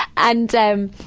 and, um,